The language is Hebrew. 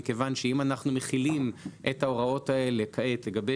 מכיוון שאם אנחנו מחילים את ההוראות האלה כעת לגבי